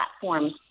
platforms